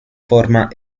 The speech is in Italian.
forma